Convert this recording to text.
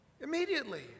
immediately